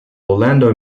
orlando